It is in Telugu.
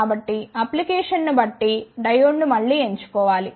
కాబట్టి అప్లికేషన్ను బట్టి డయోడ్ను మళ్లీ ఎంచుకోవాలి